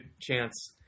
chance